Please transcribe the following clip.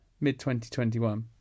mid-2021